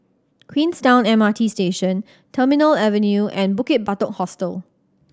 Queenstown M R T Station Terminal Avenue and Bukit Batok Hostel